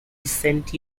recent